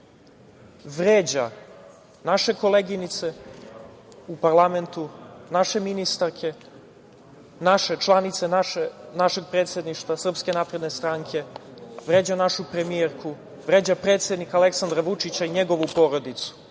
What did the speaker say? vređa naše koleginice u parlamentu, naše ministarke, naše članice predsedništva SNS, vređa našu premijerku, vređa predsednika Aleksandra Vučića i njegovu porodicu,